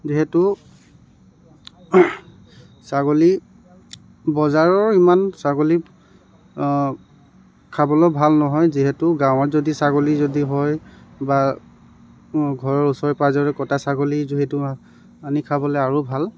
যিহেতু ছাগলী বজাৰৰ ইমান ছাগলী খাবলৈ ভাল নহয় যিহেতু গাঁৱৰ যদি ছাগলী যদি হয় বা ঘৰৰ ওচৰে পাঁজৰে কটা ছাগলী যিহেতু আনি খাবলৈ আৰু ভাল